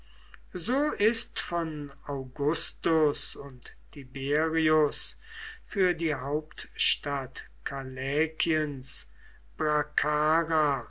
so ist von augustus und tiberius für die hauptstadt